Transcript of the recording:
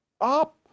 up